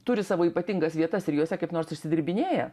turi savo ypatingas vietas ir jose kaip nors išsidirbinėja